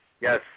Yes